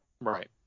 Right